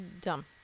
dumb